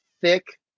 thick